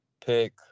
pick